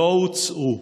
לא הוצאו.